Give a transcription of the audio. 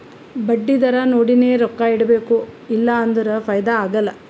ಬಡ್ಡಿ ದರಾ ನೋಡಿನೆ ರೊಕ್ಕಾ ಇಡಬೇಕು ಇಲ್ಲಾ ಅಂದುರ್ ಫೈದಾ ಆಗಲ್ಲ